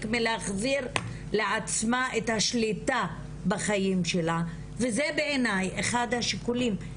מלהחזיר לעצמה את השליטה בחיים שלה וזה בעיני אחד השיקולים.